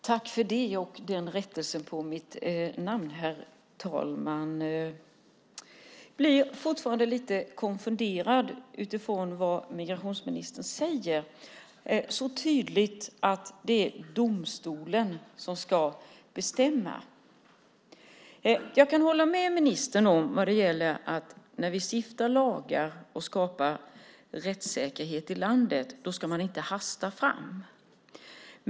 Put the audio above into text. Herr talman! Jag blir fortfarande lite konfunderad över vad migrationsministern säger, att det är så tydligt att det är domstolen som ska bestämma. Jag kan hålla med ministern vad gäller att när vi stiftar lagar och skapar rättssäkerhet i landet ska vi inte hasta fram.